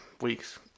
week's